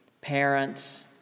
parents